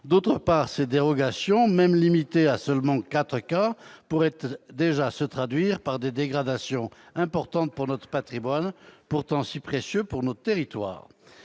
D'autre part, ces dérogations, même limitées à seulement quatre cas, pourraient déjà se traduire par des dégradations importantes pour notre patrimoine, pourtant si précieux pour nos territoires.